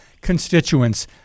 constituents